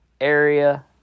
area